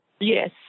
Yes